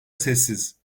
sessiz